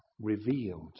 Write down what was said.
revealed